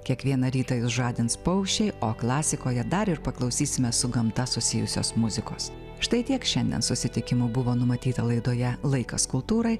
kiekvieną rytą jus žadins paukščiai o klasikoje dar ir paklausysime su gamta susijusios muzikos štai tiek šiandien susitikimų buvo numatyta laidoje laikas kultūrai